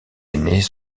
aînés